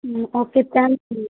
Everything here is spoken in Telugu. ఓకే థ్యాంక్స్ అండి